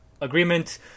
agreement